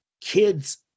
kids